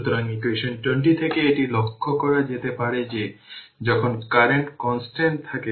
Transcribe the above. সুতরাং ইকুয়েশন 20 থেকে এটি লক্ষ করা যেতে পারে যে যখন কারেন্ট কনস্ট্যান্ট থাকে তবে didt 0